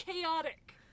chaotic